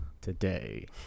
today